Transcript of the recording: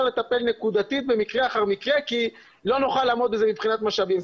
לטפל נקודתית במקרה אחר מקרה כי לא נוכל לעמוד בזה מבחינת משאבים.